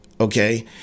Okay